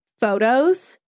Photos